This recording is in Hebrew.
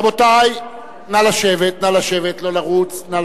רבותי, נא לשבת, נא לשבת.